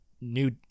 new